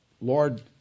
Lord